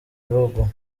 bihugu